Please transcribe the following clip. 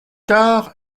tard